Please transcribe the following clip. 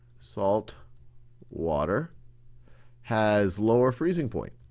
salt water has lower freezing point.